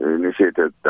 initiated